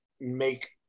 make